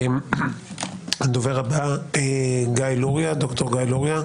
הדובר הבא, ד"ר גיא לוריא.